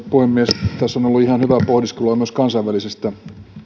puhemies tässä on ollut ihan hyvää pohdiskelua myös kansainvälisestä